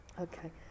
Okay